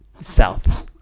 South